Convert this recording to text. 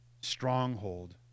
stronghold